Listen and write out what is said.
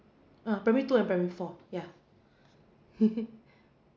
ah primary two and primary four yeah